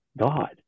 God